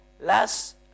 last